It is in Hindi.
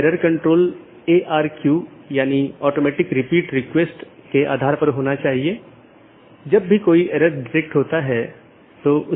यहाँ दो प्रकार के पड़ोसी हो सकते हैं एक ऑटॉनमस सिस्टमों के भीतर के पड़ोसी और दूसरा ऑटॉनमस सिस्टमों के पड़ोसी